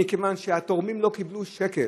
כי התורמים לא קיבלו שקל.